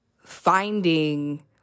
finding